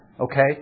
Okay